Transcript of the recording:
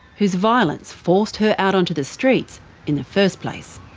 whose violence forced her out onto the streets in the first place.